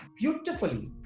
beautifully